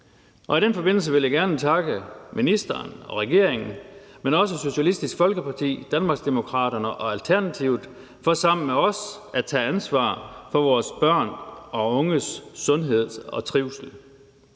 i den forbindelse vil jeg gerne takke ministeren og regeringen, men også Socialistisk Folkeparti, Danmarksdemokraterne og Alternativet for sammen med os at tage ansvar for vores børn og unges sundhed og trivsel.